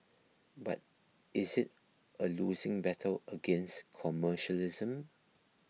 but is it a losing battle against commercialism